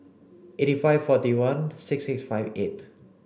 eighty five forty one six six five eight